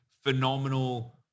phenomenal